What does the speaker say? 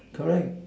correct